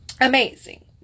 amazing